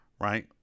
right